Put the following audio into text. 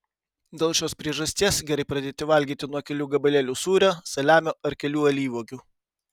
dėl šios priežasties gerai pradėti valgyti nuo kelių gabalėlių sūrio saliamio ar kelių alyvuogių